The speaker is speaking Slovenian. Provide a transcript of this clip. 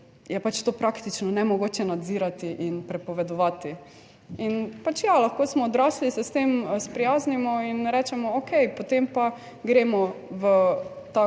pač to praktično nemogoče nadzirati in prepovedovati. In pač ja, lahko smo odrasli, se s tem sprijaznimo in rečemo, okej potem pa gremo v ta